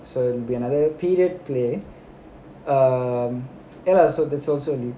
so it be another period play um ya lah so this [one] also